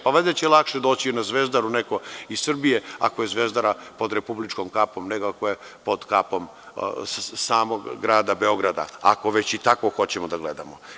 Pa valjda će lakše doći neko na Zvezdaru iz Srbije ako je Zvezdara pod republičkom kapom, nego ako je pod kapom samog grada Beograda, ako već hoćemo i tako da gledamo.